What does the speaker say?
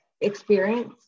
experience